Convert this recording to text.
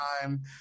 time